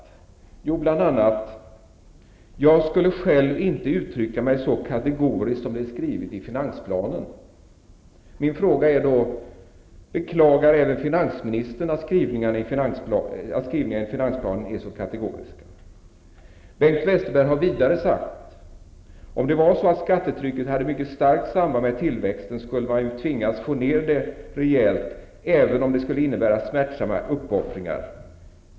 Jo, han har bl.a. sagt: Jag skulle själv inte uttrycka mig så kategoriskt som det är skrivet i finansplanen. Min fråga är: Beklagar även finansministern att skrivningarna i finansplanen är så kategoriska? Bengt Westerberg har vidare sagt: Om det var så att skattetrycket hade mycket starkt samband med tillväxten skulle man tvingas få ned det rejält även om det skulle innebära smärtsamma uppoffringar.